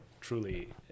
truly